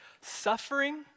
suffering